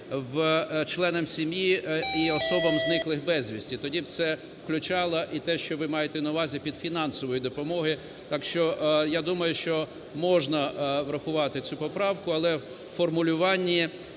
– членам сім'ї і особам, зниклих безвісти. Тоді б це включало і те, що ви маєте на увазі під фінансовою допомогою. Так що, я думаю, що можна врахувати цю поправку. Але в формулюванні